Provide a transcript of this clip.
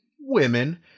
women